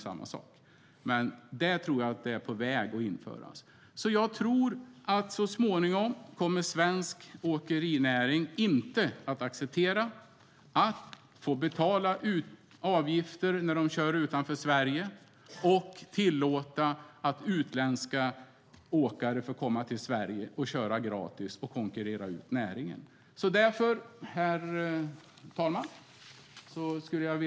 Så småningom kommer svensk åkerinäring inte att acceptera att få betala avgifter när de kör utanför Sverige och att utländska åkare tillåts köra gratis i Sverige och konkurrera ut näringen. Herr talman!